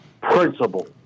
principle